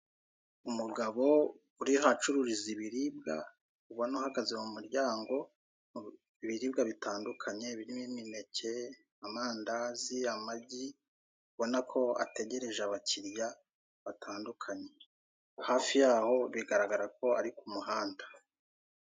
Umugabo uri aho acururiza ibiribwa ubona uhagaze mu muryango, ibiribwa bitandukanye birimo imineke, amandazi, amagi, ubona ko ategereje abakiliya batandukanye, hafi yaho bigaragara ko ari ku muhanda.